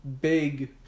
big